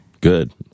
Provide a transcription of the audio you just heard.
good